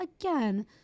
again